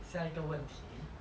下一个问题